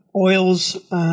oils